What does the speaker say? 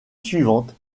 suivante